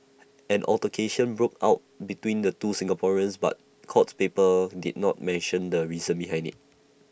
an altercation broke out between the two Singaporeans but court papers did not mention the reason behind IT